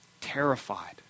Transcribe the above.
terrified